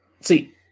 See